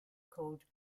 called